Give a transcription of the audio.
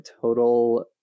total